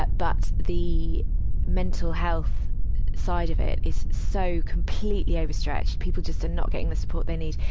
but but, the mental health side of it is so completely overstretched. people just are not getting the support they need.